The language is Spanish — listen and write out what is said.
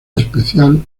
especial